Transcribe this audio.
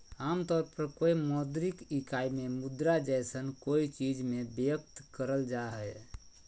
आमतौर पर कोय मौद्रिक इकाई में मुद्रा जैसन कोय चीज़ में व्यक्त कइल जा हइ